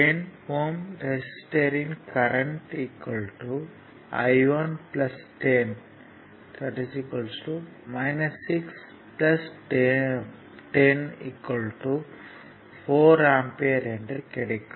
10 ohm ரெசிஸ்டர்யின் current I1 10 6 10 4 ampere என கிடைக்கும்